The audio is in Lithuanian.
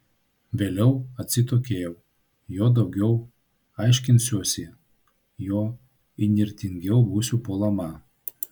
vėliau atsitokėjau juo daugiau aiškinsiuosi juo įnirtingiau būsiu puolama